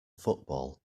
football